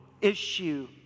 issue